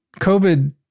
COVID